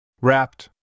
wrapped